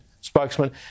spokesman